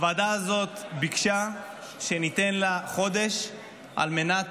הוועדה הזאת ביקשה שניתן לה חודש על מנת